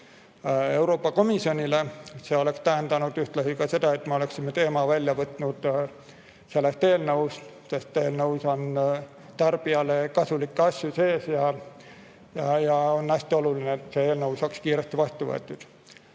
Euroopa Komisjonile. See oleks tähendanud ühtlasi seda, et me oleksime selle teema välja võtnud sellest eelnõust, sest seal on sees tarbijale kasulikke asju ja on hästi oluline, et see eelnõu saaks kiiresti vastu võetud.